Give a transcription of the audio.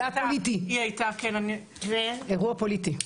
זה היה אירוע פוליטי.